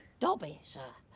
dobby, sir.